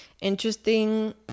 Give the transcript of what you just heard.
interesting